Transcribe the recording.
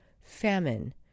famine